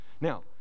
Now